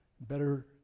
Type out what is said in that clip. Better